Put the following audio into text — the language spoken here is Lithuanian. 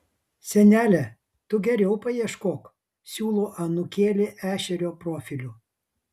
senele tu geriau paieškok siūlo anūkėlė ešerio profiliu